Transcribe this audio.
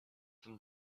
them